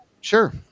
Sure